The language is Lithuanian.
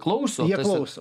klauso klauso